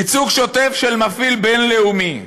ייצוג שוטף של מפעיל בין-לאומי,